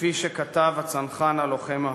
כפי שכתב הצנחן הלוחם ההוא.